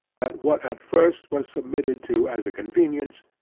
that what at first was submitted to as a convenience,